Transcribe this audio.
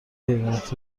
حیوانات